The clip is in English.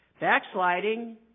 Backsliding